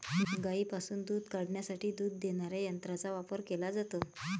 गायींपासून दूध काढण्यासाठी दूध देणाऱ्या यंत्रांचा वापर केला जातो